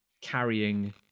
carrying